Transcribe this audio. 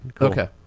okay